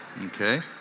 Okay